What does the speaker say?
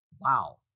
wow